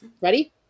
Ready